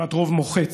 כמעט רוב מוחץ,